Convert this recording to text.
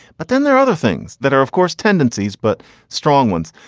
but then there are other things that are, of course, tendencies, but strong winds,